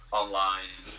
online